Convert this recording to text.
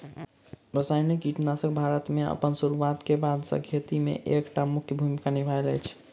रासायनिक कीटनासकसब भारत मे अप्पन सुरुआत क बाद सँ खेती मे एक टा मुख्य भूमिका निभायल अछि